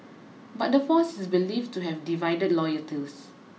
but the force is believed to have divided loyalties